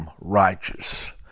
righteous